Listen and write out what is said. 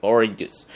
Oranges